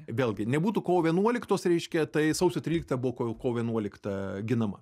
vėlgi nebūtų kovo vienuoliktos reiškia tai sausio tryliktą buvo kovo vienuolikta ginama